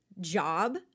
job